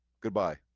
goodbye